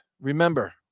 Remember